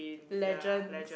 legend